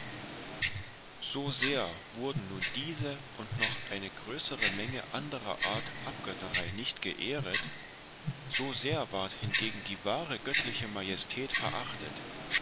so sehr wurden nun diese und noch eine größere menge anderer art abgötterei nicht geehret so sehr ward hingegen die wahre göttliche majestät verachtet